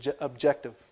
objective